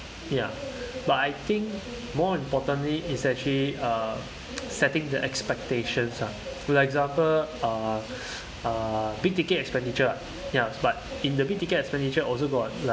ya but I think more importantly is actually uh setting the expectations lah for example uh uh big ticket expenditure ya but in the big ticket expenditure also got like